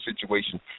situation